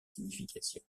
signification